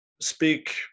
speak